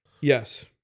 Yes